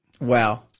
Wow